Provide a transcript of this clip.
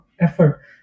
effort